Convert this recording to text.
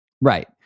Right